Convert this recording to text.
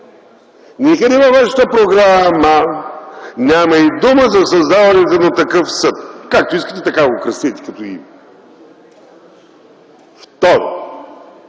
никъде във вашата програ-а-ма няма и дума за създаването на такъв съд. Както искате, така го кръстете като име.